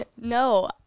No